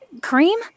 Cream